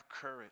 courage